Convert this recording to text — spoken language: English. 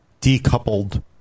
decoupled